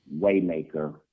Waymaker